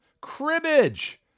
Cribbage